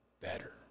better